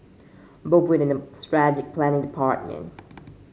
both worked in the strategic planning department